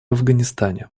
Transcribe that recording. афганистане